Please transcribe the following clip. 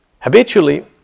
Habitually